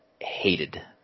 hated